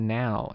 now